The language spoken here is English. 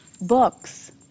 books